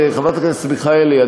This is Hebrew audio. חברת הכנסת מיכאלי,